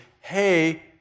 hey